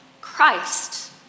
Christ